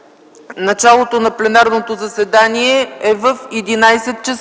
началото на пленарното заседание е в 11,00 ч.